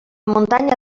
muntanya